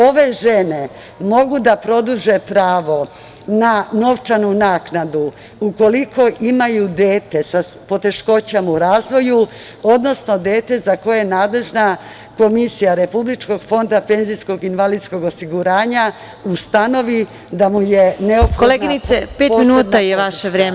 Ove žene mogu da produže pravo na novčanu naknadu ukoliko imaju dete sa poteškoćama u razvoju, odnosno dete za koje nadležna komisija Republičkog fonda penzijskog i invalidskog osiguranja ustanovi da mu je neopohodna posebna podrška. (Predsedavajuća: Koleginice, pet minuta je vaše vreme.